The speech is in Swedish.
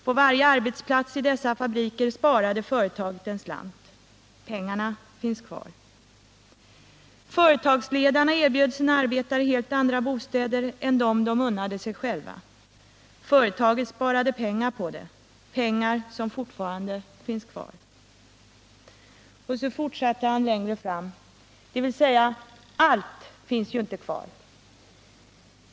På varje arbetsplats i dessa fabriker sparade företaget en slant. Pengarna finns kvar. Företagsledarna erbjöd sina arbetare helt andra bostäder än dem de unnade sig själva. Företaget sparade pengar på det, pengar som fortfarande finns kvar. Vidare skriver Sven Lindqvist: Det vill säga allt finns ju inte kvar.